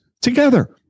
together